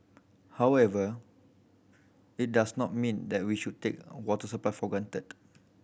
however it does not mean that we should take water supply for granted